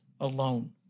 alone